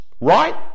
right